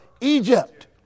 Egypt